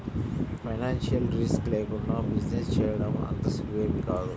financial risk లేకుండా business చేయడం అంత సులువేమీ కాదు